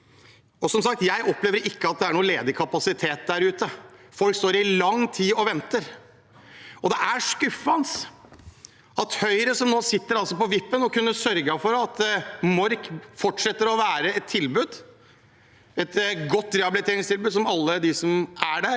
Som sagt opplever ikke jeg at det er noe ledig kapasitet der ute. Folk står i lang tid og venter. Det er skuffende av Høyre, som nå altså sitter på vippen og kunne sørget for at Mork fortsetter å være et godt rehabiliteringstilbud for alle dem som er der.